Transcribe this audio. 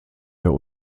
der